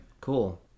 Cool